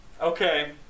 Okay